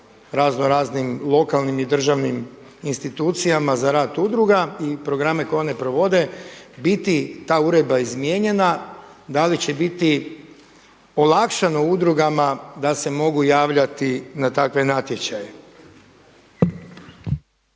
raznoraznim lokalnim i državnim institucijama za rad udruga i programe koje one provode, biti ta uredba izmijenjena? Da li će biti olakšano udrugama da se mogu javljati na takve natječaje?